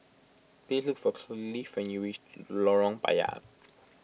please look for Clive when you reach Lorong Payah